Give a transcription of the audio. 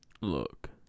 Look